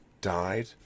died